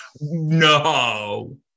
No